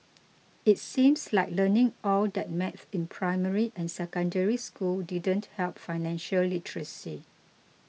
it seems like learning all that math in primary and Secondary School didn't help financial literacy